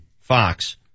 Fox